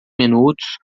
minutos